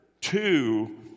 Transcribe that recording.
two